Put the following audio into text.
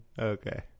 Okay